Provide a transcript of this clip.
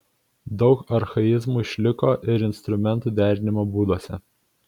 daug archaizmų išliko ir instrumentų derinimo būduose